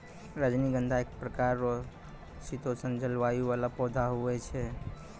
रजनीगंधा एक प्रकार रो शीतोष्ण जलवायु वाला पौधा हुवै छै